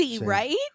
right